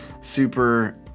super